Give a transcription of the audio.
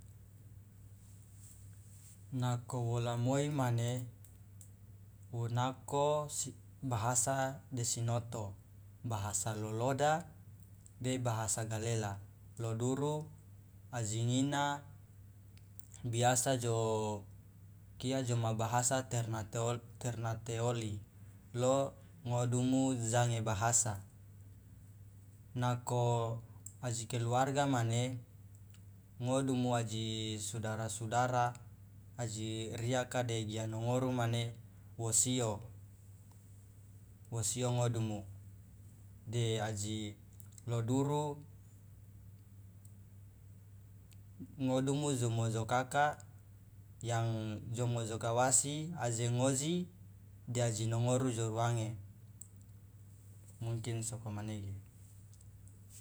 Nako wola moi mane wu nako bahasa de sinoto bahasa loloda de bahasa galela lo duru aji ngina biasa jo ma bahasa ternate oli lo ngodumu jange bahasa nako aji keluarga mane ngodumu aji sudara sudara aji riaka de gia nongoru mane wo sio wo sio ngodumu de aji lo duru ngodumu jomojokaka yang jomojoka wasi aje ngoji de aji nongoru jo ruange mungkin sokomanege.